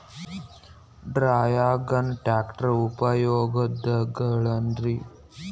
Dragon tank ಉಪಯೋಗಗಳೆನ್ರಿ?